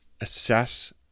assess